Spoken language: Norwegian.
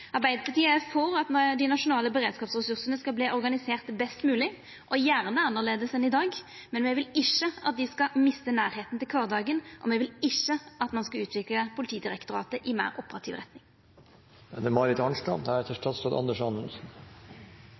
Arbeidarpartiet er for at dei nasjonale beredskapsressursane skal verta organiserte best mogleg, og gjerne annleis enn i dag, men me vil ikkje at dei skal mista nærleiken til kvardagen, og me vil ikkje at ein skal utvikla Politidirektoratet i ei meir operativ